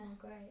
great